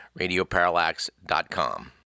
radioparallax.com